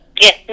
Yes